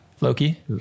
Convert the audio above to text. Loki